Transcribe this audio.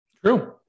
True